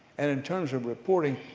and in terms of reporting,